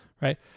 right